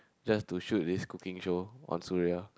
just to shoot this cooking show on Suria